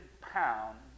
pound